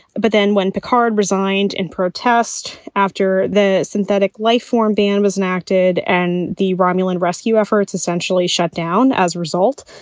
but then when picard resigned in protest after the synthetic life form ban was enacted and the romulan rescue efforts essentially shut down as a result.